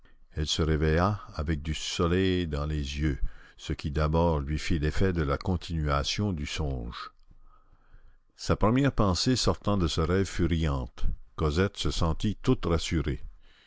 elle se réveilla avec du soleil dans les yeux ce qui d'abord lui fit l'effet de la continuation du songe sa première pensée sortant de ce rêve fut riante cosette se sentit toute rassurée